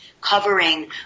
covering